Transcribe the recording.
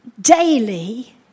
daily